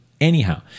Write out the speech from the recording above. Anyhow